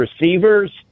receivers